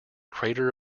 crater